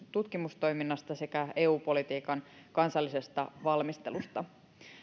ja tutkimustoiminnasta sekä eu politiikan kansallisesta valmistelusta